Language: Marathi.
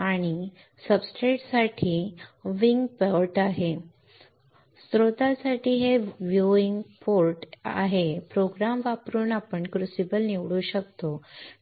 हे सब्सट्रेटसाठी व्ह्यूइंग पोर्ट आहे स्त्रोतासाठी हे व्ह्यूइंग पोर्ट आहे प्रोग्राम वापरून आपण क्रुसिबल निवडू शकतो